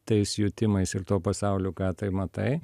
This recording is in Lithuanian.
tais jutimais ir tuo pasauliu ką tai matai